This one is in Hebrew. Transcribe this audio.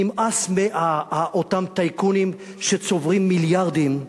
נמאס מאותם טייקונים שצוברים מיליארדים,